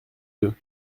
deux